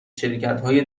شرکتهای